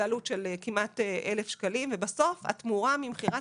עלות של כמעט 1,000 שקלים ובסוף התמורה ממכירת